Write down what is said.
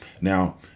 Now